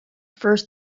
first